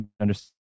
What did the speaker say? understand